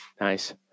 Nice